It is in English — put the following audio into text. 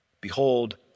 behold